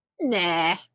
nah